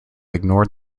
ignored